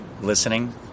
listening –